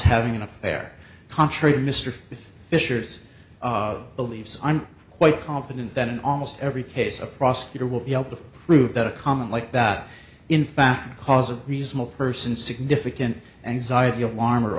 having an affair contrary to mr fisher's believes i'm quite confident that in almost every case a prosecutor will be able to prove that a comment like that in fact cause a reasonable person significant anxiety alarm or